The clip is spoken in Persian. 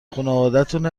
خونوادتون